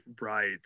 right